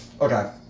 Okay